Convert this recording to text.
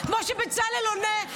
כמו שבצלאל עונה.